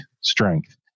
strength